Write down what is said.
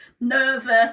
nervous